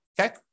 okay